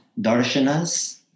darshana's